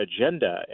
agenda